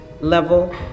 level